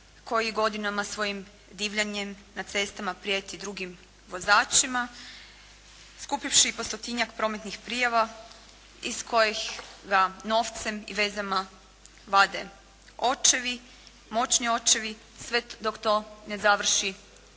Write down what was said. koji godinama svojim divljanjem na cestama prijeti drugim vozačima skupivši po stotinjak prometnih prijava iz kojih ga novcem i vezama vade očevi, moćni očevi sve dok to ne završi